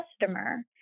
customer